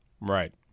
Right